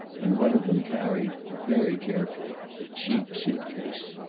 and one of them carried, very carefully, a cheap suitcase.